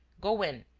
go in,